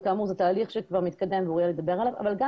וכאמור זה תהליך שכבר מתקדם אבל גם בהחלט